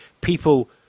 people